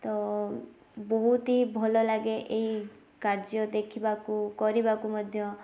ତ ବହୁତ ହିଁ ଭଲ ଲାଗେ ଏଇ କାର୍ଯ୍ୟ ଦେଖିବାକୁ କରିବାକୁ ମଧ୍ୟ